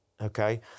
okay